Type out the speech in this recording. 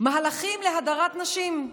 מהלכים להדרת נשים,